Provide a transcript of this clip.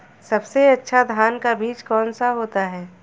सबसे अच्छा धान का बीज कौन सा होता है?